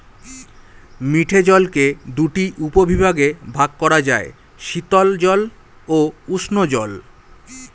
মিঠে জলকে দুটি উপবিভাগে ভাগ করা যায়, শীতল জল ও উষ্ঞ জল